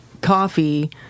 coffee